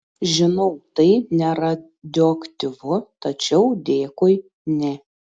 žinau tai neradioaktyvu tačiau dėkui ne